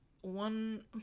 one